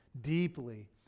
deeply